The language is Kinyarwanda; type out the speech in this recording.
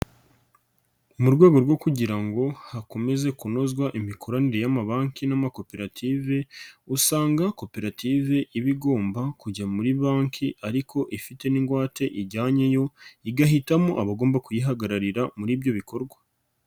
Mu rwego rwo kugira ngo hakomeze kunozwa imikoranire y'amabanki n'amakoperative, usanga koperative iba igomba kujya muri banki ariko ifite n'ingwate ijyanye yo, igahitamo abagomba kuyihagararira muri ibyo bikorwa.